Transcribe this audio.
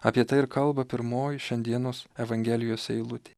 apie tai ir kalba pirmoji šiandienos evangelijos eilutė